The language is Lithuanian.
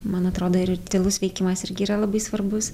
man atrodo ir tylus veikimas irgi yra labai svarbus